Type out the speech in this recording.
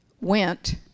went